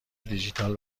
دیجیتال